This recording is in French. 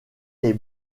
les